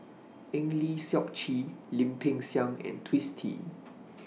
Eng Lee Seok Chee Lim Peng Siang and Twisstii